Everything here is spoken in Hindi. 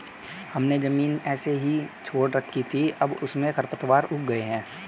हमने ज़मीन ऐसे ही छोड़ रखी थी, अब उसमें खरपतवार उग गए हैं